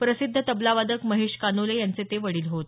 प्रसिद्ध तबलावादक महेश कानोले यांचे ते वडील होत